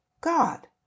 God